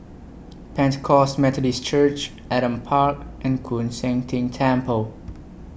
Pentecost Methodist Church Adam Park and Koon Seng Ting Temple